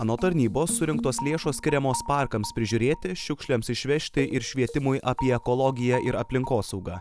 anot tarnybos surinktos lėšos skiriamos parkams prižiūrėti šiukšlėms išvežti ir švietimui apie ekologiją ir aplinkosaugą